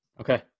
Okay